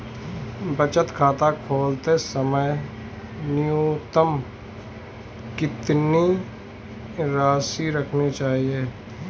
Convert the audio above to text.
बचत खाता खोलते समय न्यूनतम कितनी राशि रखनी चाहिए?